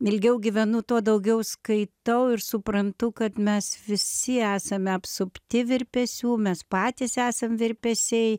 ilgiau gyvenu tuo daugiau skaitau ir suprantu kad mes visi esame apsupti virpesių mes patys esam virpesiai